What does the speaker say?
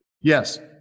Yes